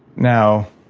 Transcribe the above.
now,